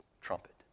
trumpet